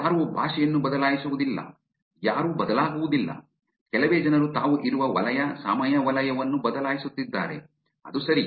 ಯಾರೂ ಭಾಷೆಯನ್ನು ಬದಲಾಯಿಸುವುದಿಲ್ಲ ಯಾರೂ ಬದಲಾಗುವುದಿಲ್ಲ ಕೆಲವೇ ಜನರು ತಾವು ಇರುವ ವಲಯ ಸಮಯ ವಲಯವನ್ನು ಬದಲಾಯಿಸುತ್ತಿದ್ದಾರೆ ಅದು ಸರಿ